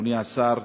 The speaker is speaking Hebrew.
אדוני השר,